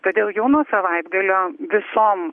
todėl jau nuo savaitgalio visom